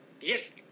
Yes